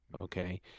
okay